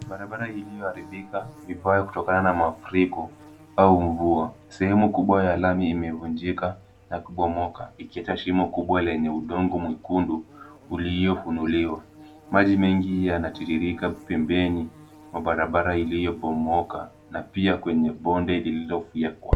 Barabara iliyoharibika vibaya kutokana na mafuriko au mvua. Sehemu kubwa ya lami imevunjika na kubomoka ikiacha shimo kubwa lenye udongo mwekundu uliofunuliwa. Maji mengi yanatiririka pembeni mwa barabara iliyobomoka na pia kwenye bonde lililofyekwa.